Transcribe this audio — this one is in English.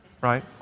right